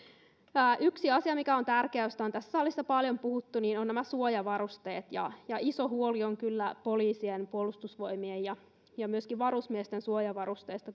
yksi asia mikä on tärkeä ja mistä on tässä salissa paljon puhuttu ovat nämä suojavarusteet iso huoli on kyllä poliisien puolustusvoimien ja ja myöskin varusmiesten suojavarusteista